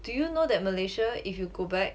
do you know that malaysia if you go back